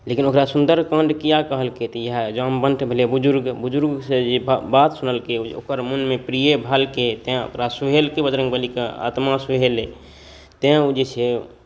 लेकिन ओकरा सुन्दर काण्ड किआ कहलकै तऽ इएह जामवन्त भेलै बुज़ुर्ग बुज़ुर्गसँ जे बात सुनलकै ओकर मनमे प्रिय भेलकै तेँ ओकरा सोहेलकै बजरङ्ग बलीके आत्मा सुहेलै तेँ ओ जे छै